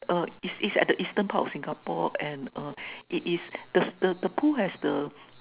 uh it's it's at the eastern part of Singapore and uh it is this the the pool has the